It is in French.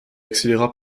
accéléra